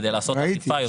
כדי לעשות אכיפה יותר רחבה.